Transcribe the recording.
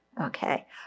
Okay